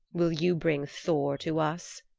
will you bring thor to us?